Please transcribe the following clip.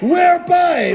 whereby